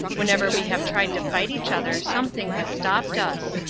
whenever we have tried to fight each other something has stopped us.